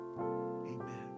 amen